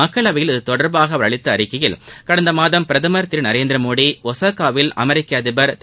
மக்களவையில் இது தொடர்பாக அவர் அளித்த அறிக்கையில் கடந்த மாதம் பிரதம் திரு நரேந்திரமோடி ஒசாக்காவில் அமெரிக்க அதிபர் திரு